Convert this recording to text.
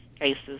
cases